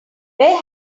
where